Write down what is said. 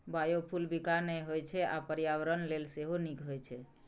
biofuel बिखाह नहि होइ छै आ पर्यावरण लेल सेहो नीक होइ छै